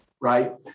right